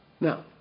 Now